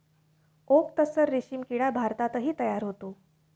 okay तस्सर रेशीम किडा भारतातही तयार होतो